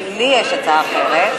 אם לי יש הצעה אחרת,